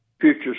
future